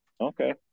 okay